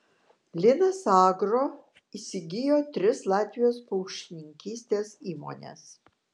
linas agro įsigijo tris latvijos paukštininkystės įmones